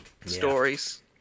stories